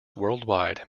worldwide